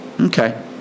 Okay